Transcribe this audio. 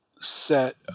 set